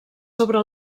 sobre